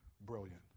brilliant